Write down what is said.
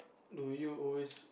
do you always